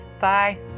Bye